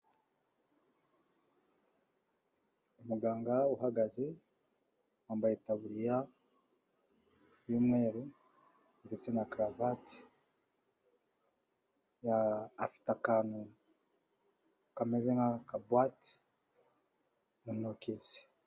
Umuganga uhagaze wambaye itabuririya y'umweru ndetse na karavati, afite akantu kameze nk'akabuwate mu ntoki ze.